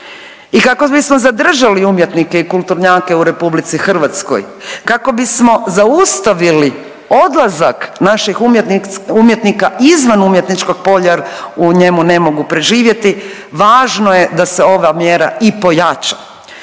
I kako bismo zadržali umjetnike i kulturnjake u Republici Hrvatskoj, kako bismo zaustavili odlazak naših umjetnika izvan umjetničkog polja jer u njemu ne mogu preživjeti važno je da se ova mjera i pojača.